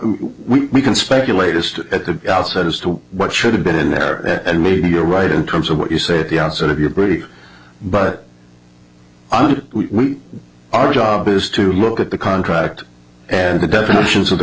we can speculate as to at the outset as to what should have been in there and maybe you're right in terms of what you said the outside of your body but i'm we our job is to look at the contract and the definitions of the